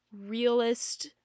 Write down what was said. realist